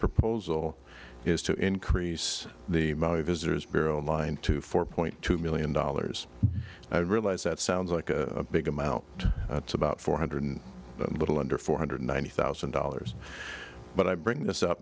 proposal is to increase the most visitors bureau in line to four point two million dollars i realize that sounds like a big amount that's about four hundred a little under four hundred ninety thousand dollars but i bring this up